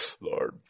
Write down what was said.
Lord